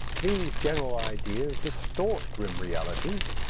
these general ideas distort grim realities.